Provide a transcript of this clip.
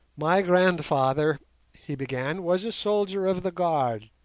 my grandfather he began, was a soldier of the guard,